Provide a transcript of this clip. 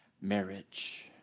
marriage